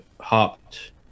hopped